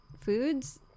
foods